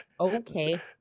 Okay